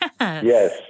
Yes